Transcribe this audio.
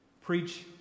preach